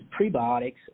prebiotics